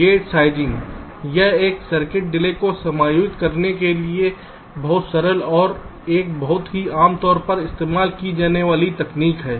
gate sizing यह एक circuit delay को समायोजित करने के लिए बहुत सरल और एक बहुत ही आमतौर पर इस्तेमाल की जाने वाली तकनीक है